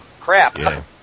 crap